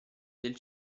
del